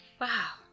wow